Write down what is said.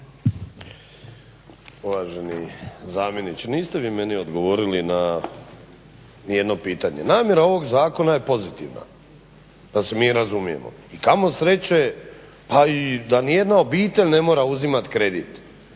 Uvaženi zamjeniče, niste vi meni odgovorili na nijedno pitanje. Namjera ovog zakona je pozitivna da se mi razumijemo. I kamo sreće pa da nijedna obitelj ne mora uzimati kredit